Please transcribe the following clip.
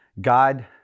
God